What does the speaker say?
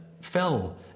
fell